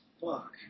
Fuck